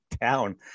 town